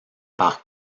par